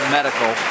Medical